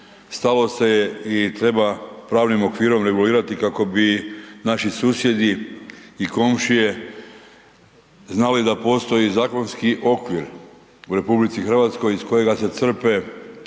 stalo se je i treba pravnim okvirom regulirati kako bi naši susjedi i komšije znali da postoji zakonski okvir u RH iz kojega se crpe